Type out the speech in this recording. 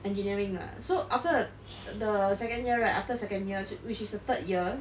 engineering ah so after the the second year right after second year which is the third year